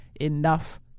enough